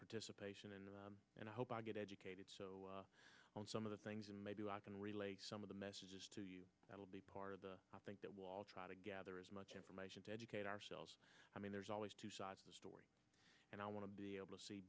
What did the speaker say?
participation and and i hope i get educated so on some of the things and maybe i can relay some of the messages to you that will be part of the i think that wall try to gather as much information to educate ourselves i mean there's always two sides of the story and i want to be able to see